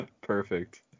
Perfect